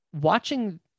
watching